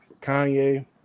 Kanye